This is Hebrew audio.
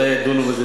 זה יגיע אליכם,